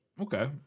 Okay